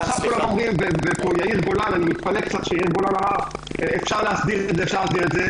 אני מתפלא שיאיר גולן אמר שאפשר להסדיר את זה,